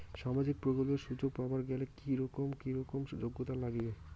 সামাজিক প্রকল্পের সুযোগ পাবার গেলে কি রকম কি রকম যোগ্যতা লাগিবে?